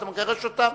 אתה מגרש אותם.